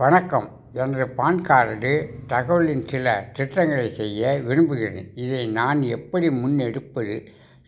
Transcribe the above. வணக்கம் எனது PAN card தகவலின் சில திருத்தங்களை செய்ய விரும்புகிறேனே இதை நான் எப்படி முன்னெடுப்பது